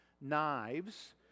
knives